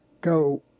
go